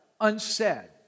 unsaid